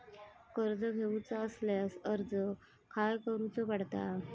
कर्ज घेऊचा असल्यास अर्ज खाय करूचो पडता?